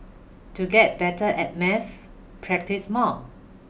to get better at math practise more